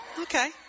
okay